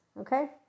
Okay